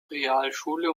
realschule